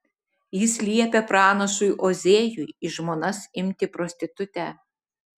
jis liepia pranašui ozėjui į žmonas imti prostitutę